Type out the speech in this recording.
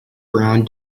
brown